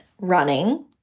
running